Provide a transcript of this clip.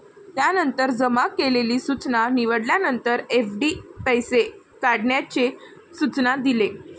त्यानंतर जमा केलेली सूचना निवडल्यानंतर, एफ.डी पैसे काढण्याचे सूचना दिले